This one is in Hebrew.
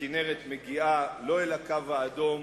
שהכינרת מגיעה לא אל הקו האדום,